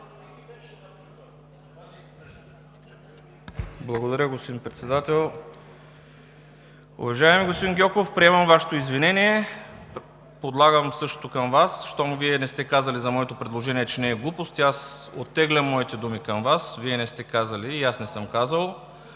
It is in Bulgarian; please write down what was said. Благодаря, господин Председател. Уважаеми господин Гьоков, приемам Вашето извинение, предлагам същото към Вас. Щом Вие не сте казали за моето предложение, че не е глупости, аз оттеглям моите думи към Вас –Вие не сте казали, и аз не съм казал.